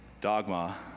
dogma